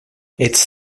its